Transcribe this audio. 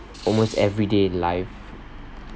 almost everyday life